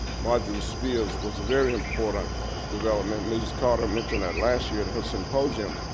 marjorie speers was a very important development, mrs. carter mentioned that last year at her symposium.